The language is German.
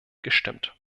gestimmt